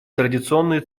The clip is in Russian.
традиционные